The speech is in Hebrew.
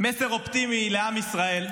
מסר אופטימי לעם ישראל.